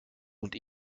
und